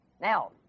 Now